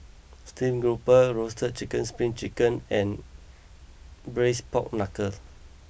Stream Grouper Roasted Chicken Spring Chicken and Braised Pork Knuckle